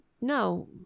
no